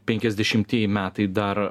penkiasdešimtieji metai dar